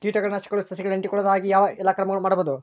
ಕೇಟನಾಶಕಗಳು ಸಸಿಗಳಿಗೆ ಅಂಟಿಕೊಳ್ಳದ ಹಾಗೆ ಯಾವ ಎಲ್ಲಾ ಕ್ರಮಗಳು ಮಾಡಬಹುದು?